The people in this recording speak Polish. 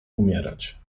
umierać